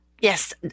yes